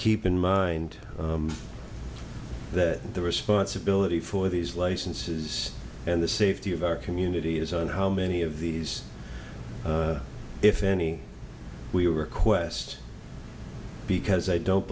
keep in mind that the responsibility for these licenses and the safety of our community is on how many of these if any we request because i don't